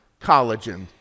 collagen